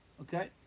Okay